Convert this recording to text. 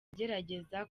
agerageza